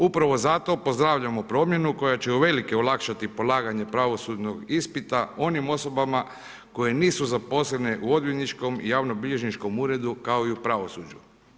Upravo zato pozdravljamo promjenu koja će uvelike olakšati polaganje pravosudnog ispita onim osobama koje nisu zaposlene u odvjetničkom i javno bilježničkom uredu kao i u pravosuđu.